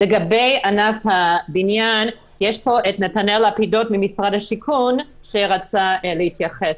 לגבי ענף הבניין יש פה את נתנאל לפידות ממשרד השיכון שרצה להתייחס.